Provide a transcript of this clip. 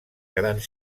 quedant